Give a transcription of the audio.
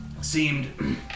seemed